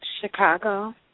Chicago